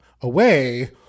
away